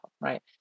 right